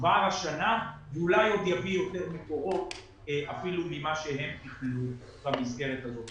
כבר השנה ואולי עוד יביא יותר מקורות אפילו מכפי שהם תכננו במסגרת הזאת.